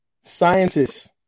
Scientists